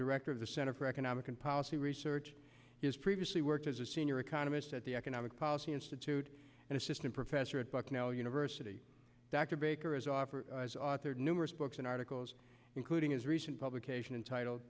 director of the center for economic and policy research has previously worked as a senior economist at the economic policy institute and assistant professor at bucknell university dr baker is off numerous books and articles including his recent publication entitled